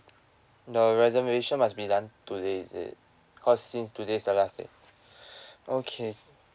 the reservation must be done today is it because since today is the last day okay